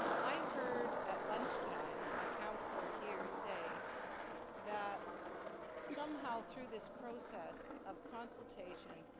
um i heard at lunch time a counselor here say that somehow through this process of consultation,